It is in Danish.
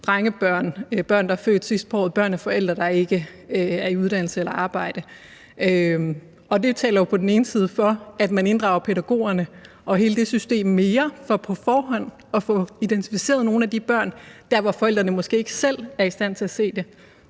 drengebørn; børn, der er født sidst på året; børn af forældre, der ikke er i uddannelse eller arbejde. Og det taler jo på den ene side for, at man inddrager pædagogerne og hele det system mere for på forhånd at få identificeret nogle af de børn dér, hvor forældrene måske ikke selv er i stand til at se det.